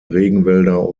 regenwälder